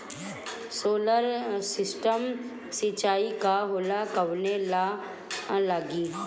Solar system सिचाई का होला कवने ला लागी?